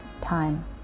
time